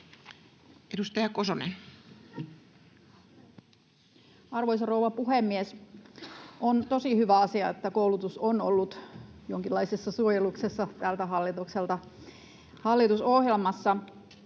10:19 Content: Arvoisa rouva puhemies! On tosi hyvä asia, että koulutus on ollut jonkinlaisessa suojeluksessa tältä hallitukselta hallitusohjelmassa.